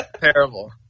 Terrible